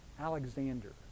Alexander